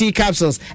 capsules